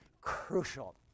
crucial